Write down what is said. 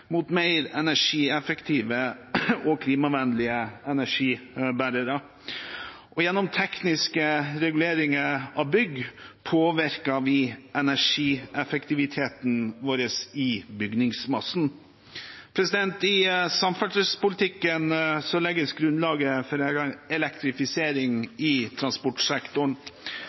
mot mer energieffektive og klimavennlige energibærere. Gjennom tekniske reguleringer av bygg påvirker vi energieffektiviteten vår i bygningsmassen. I samferdselspolitikken legges grunnlaget for elektrifisering i transportsektoren.